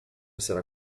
será